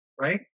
right